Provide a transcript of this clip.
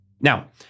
Now